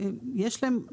יש להם,